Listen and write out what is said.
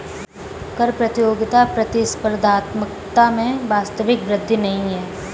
कर प्रतियोगिता प्रतिस्पर्धात्मकता में वास्तविक वृद्धि नहीं है